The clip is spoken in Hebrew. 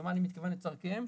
ולמה אני מתכוון ב"צורכיהם"?